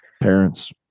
Parents